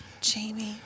Jamie